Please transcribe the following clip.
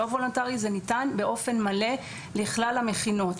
לא וולונטרי זה ניתן באופן מלא לכלל המכינות.